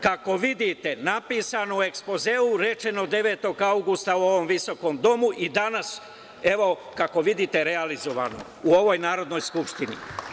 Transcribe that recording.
Kako vidite napisano u ekspozeu, rečeno 9. avgusta u ovom visokom domu i danas, kako vidite realizovano, u ovoj Narodnoj skupštini.